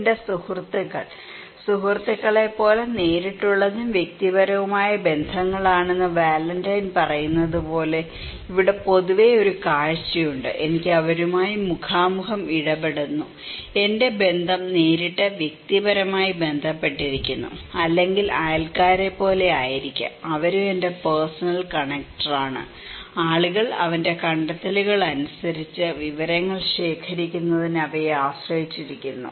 എന്റെ സുഹൃത്തുക്കൾ സുഹൃത്തുക്കളെപ്പോലെ നേരിട്ടുള്ളതും വ്യക്തിപരവുമായ ബന്ധങ്ങളാണെന്ന് വാലന്റൈൻ പറയുന്നത് പോലെ ഇവിടെ പൊതുവെ ഒരു കാഴ്ചയുണ്ട് എനിക്ക് അവരുമായി മുഖാമുഖം ഇടപഴകുന്നു എന്റെ ബന്ധം നേരിട്ട് വ്യക്തിപരമായി ബന്ധപ്പെട്ടിരിക്കുന്നു അല്ലെങ്കിൽ അയൽക്കാരെപ്പോലെ ആയിരിക്കാം അവരും എന്റെ പേർസണൽ കണക്ടറാണ് ആളുകൾ അവന്റെ കണ്ടെത്തൽ അനുസരിച്ച് വിവരങ്ങൾ ശേഖരിക്കുന്നതിന് അവരെ ആശ്രയിച്ചിരിക്കുന്നു